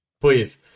please